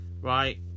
Right